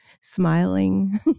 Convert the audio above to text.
smiling